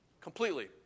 completely